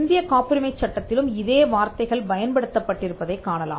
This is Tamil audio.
இந்தியக் காப்புரிமை சட்டத்திலும் இதே வார்த்தைகள் பயன்படுத்தப்பட்டிருப்பதைக் காணலாம்